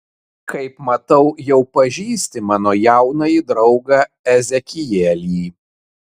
kaip matau jau pažįsti mano jaunąjį draugą ezekielį